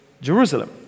Jerusalem